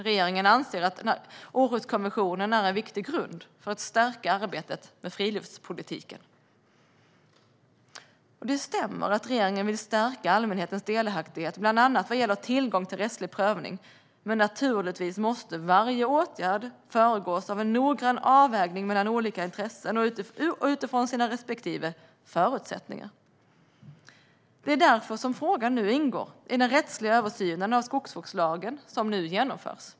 Regeringen anser att Århuskonventionen är en viktig grund för att stärka arbetet med friluftspolitiken. Det stämmer att regeringen vill stärka allmänhetens delaktighet bland annat vad gäller tillgång till rättslig prövning, men naturligtvis måste varje åtgärd föregås av en noggrann avvägning mellan olika intressen och utifrån sina respektive förutsättningar. Det är därför som frågan ingår i den rättsliga översyn av skogsvårdslagen som nu genomförs.